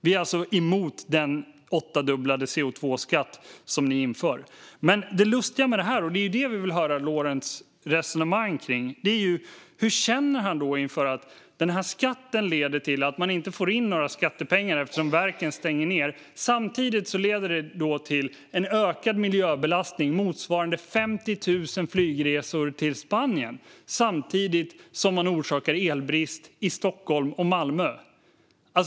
Vi är emot den åttadubblade CO2-skatt som ni inför. Men det lustiga med detta, och det är det vi vill höra Lorentz resonemang kring, är: Hur känner han inför att denna skatt leder till att man inte får in några skattepengar eftersom verken stänger ned, samtidigt som den leder till en ökad miljöbelastning motsvarande 50 000 flygresor till Spanien och samtidigt som man orsakar elbrist i Stockholm och Malmö?